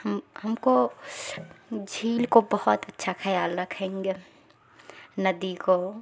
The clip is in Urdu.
ہم کو جھیل کو بہت اچھا خیال رکھیں گے ندی کو